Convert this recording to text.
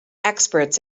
experts